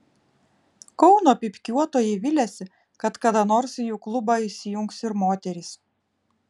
kauno pypkiuotojai viliasi kad kada nors į jų klubą įsijungs ir moterys